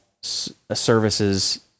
services